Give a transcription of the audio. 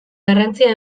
garrantzia